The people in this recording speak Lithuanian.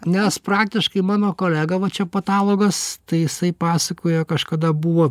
nes praktiškai mano kolega va čia patologas tai jisai pasakojo kažkada buvo